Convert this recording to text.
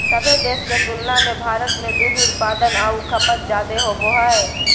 सभे देश के तुलना में भारत में दूध उत्पादन आऊ खपत जादे होबो हइ